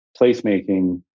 placemaking